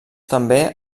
també